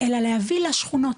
אלא להביא לשכונות,